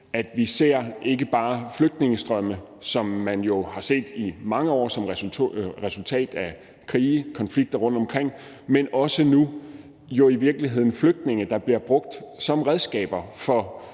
at vi ser ikke bare flygtningestrømme, som man jo har set i mange år som resultat af krige og konflikter rundtomkring, men også nu i virkeligheden flygtninge, der bliver brugt som redskaber af